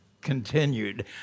continued